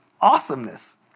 awesomeness